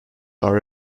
are